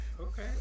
Okay